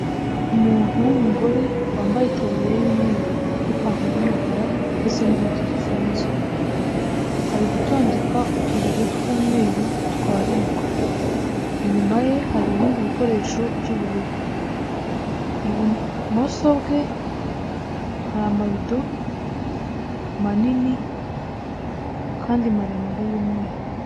Umuntu w'umugore wambaye itaburi y'umweru, n'ipantaro y'umukara ndetse n'inkweto zifunze, ari gutondeka utubido tw'umweru, twarindwi, inyuma ye hari ibindi bikoresho by'ubururu, ibumoso bwe hari amabido manini, kandi maremare y'umweru.